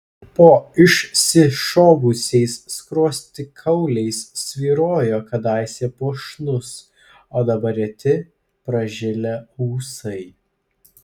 po išsišovusiais skruostikauliais svyrojo kadaise puošnūs o dabar reti pražilę ūsai